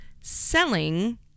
selling